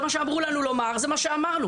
זה מה שאמרו לנו לומר, זה מה שאמרנו.